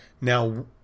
Now